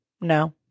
no